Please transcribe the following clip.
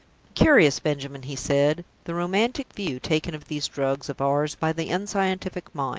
curious, benjamin, he said, the romantic view taken of these drugs of ours by the unscientific mind!